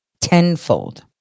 tenfold